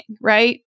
right